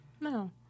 No